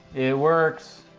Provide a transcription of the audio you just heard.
it worked.